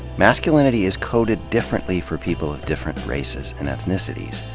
masculinity is coded differently for people of different races and ethnicities.